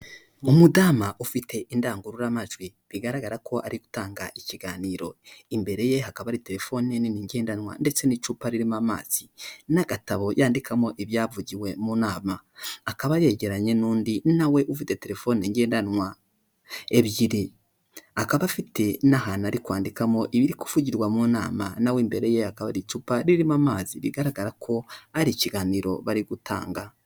Umudamu ufite indangururamajwi, bigaragara ko ari gutanga ikiganiro, mbere ye hakaba hari telefone nini ngendanwa ndetse n'icupa ririmo amazi, n'agatabo yandikamo ibyavugiwe mu nama; akaba yegeranye n'undi na we ufite telefone ngendanwa ebyiri, akaba afite n'ahantu ari kwandikamo ibiri kuvugirwa mu nama, na we imbere ye hakaba hari icupa ririmo amazi, bigaragara ko ari ikiganiro bari gutanga.